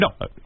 No